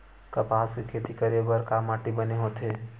कपास के खेती करे बर का माटी बने होथे?